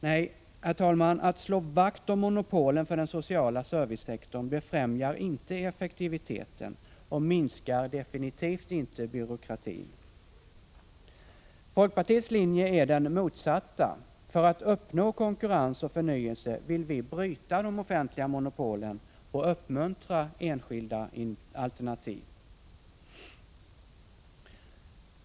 Nej, herr talman, ett vaktslående om monopolen på den sociala servicesektorn befrämjar inte effektiviteten och minskar definitivt inte byråkratin. Folkpartiets linje är den motsatta: för att uppnå konkurrens och förnyelse vill vi bryta de offentliga monopolen och uppmuntra enskilda alternativ.